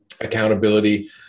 accountability